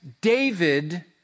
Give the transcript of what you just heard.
David